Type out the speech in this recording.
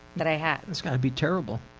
that i had. it's gotta be terrible